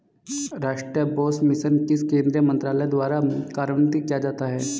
राष्ट्रीय बांस मिशन किस केंद्रीय मंत्रालय द्वारा कार्यान्वित किया जाता है?